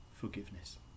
forgiveness